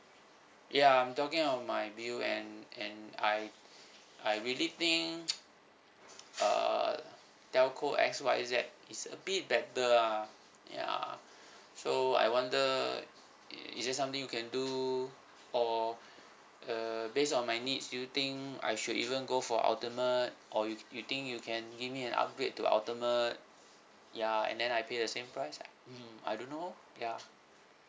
ya I'm talking on my bill and and I I really think uh telco X Y Z is a bit better ah ya so I wonder is there something you can do or uh based on my needs do you think I should even go for ultimate or you you think you can give me an upgrade to ultimate ya and then I pay the same price ah mmhmm I don't know ya